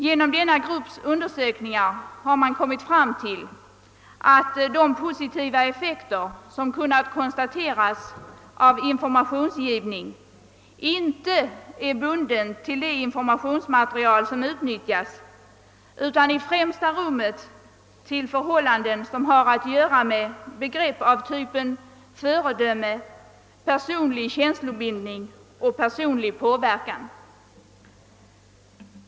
Genom denna grupps undersökningar har man kommit fram till att de positiva effekter som kunnat konstateras av informationsgivning är bundna, inte till det informationsmaterial som utnyttjas, utan i främsta rummet till förhållanden som har att göra med begrepp av typen föredöme, personlig känslobindning och personlig påverkan.